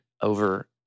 over